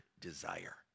desire